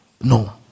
no